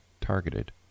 targeted